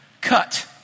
cut